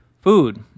Food